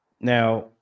now